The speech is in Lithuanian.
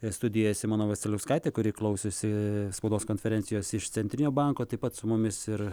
ir studijoje simona vasiliauskaitė kuri klausėsi spaudos konferencijos iš centrinio banko taip pat su mumis ir